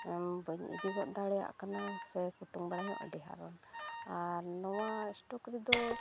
ᱵᱟᱹᱧ ᱤᱫᱤᱜᱚᱫ ᱫᱟᱲᱮᱭᱟᱜ ᱠᱟᱱᱟ ᱥᱮ ᱠᱩᱴᱩᱝᱵᱟᱲᱟ ᱦᱚᱸ ᱟᱹᱰᱤ ᱦᱟᱨᱚᱱ ᱟᱨ ᱱᱚᱣᱟ ᱥᱴᱳᱠ ᱨᱮᱫᱚ